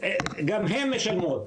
גם הן משלמות.